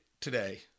today